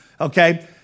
okay